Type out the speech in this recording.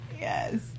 Yes